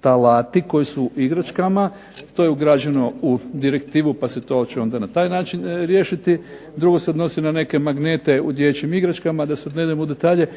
talati, koji su u igračkama. To je ugrađeno u direktivu pa se to će onda na taj način riješiti. Drugo se odnosi na neke magnete u dječjim igračkama, da sad ne idem u detalje,